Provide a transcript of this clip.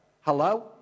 Hello